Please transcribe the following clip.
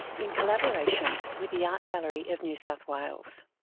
in collaboration with the art gallery of new south wales.